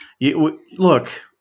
look